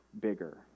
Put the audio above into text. bigger